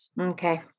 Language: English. Okay